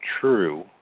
true